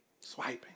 Swiping